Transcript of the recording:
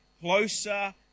closer